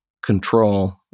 control